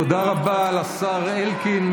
תודה רבה לשר אלקין.